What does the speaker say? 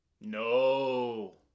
no